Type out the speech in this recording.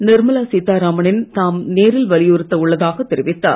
நிர்மலா சீத்தாராம னிடம் தாம் நேரில் வலியுறுத்த உள்ளதாகத் தெரிவித்தார்